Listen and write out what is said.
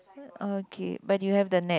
okay but you have the net